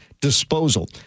disposal